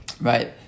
right